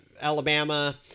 Alabama